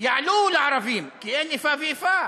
יעלו לערבים, כי אין איפה ואיפה.